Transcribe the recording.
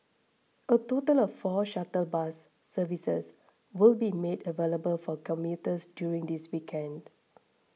a total of four shuttle bus services will be made available for commuters during these weekends